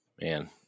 man